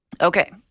Okay